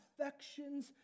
affections